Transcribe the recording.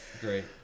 great